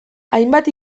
hainbat